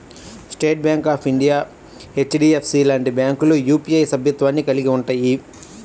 state bank of India, HDFC లాంటి బ్యాంకులు UPI సభ్యత్వాన్ని కలిగి ఉంటయ్యి